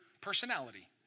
personality